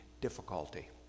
difficulty